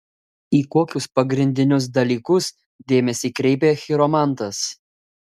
į kokius pagrindinius dalykus dėmesį kreipia chiromantas